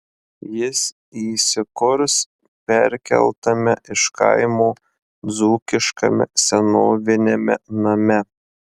jis įsikurs perkeltame iš kaimo dzūkiškame senoviniame name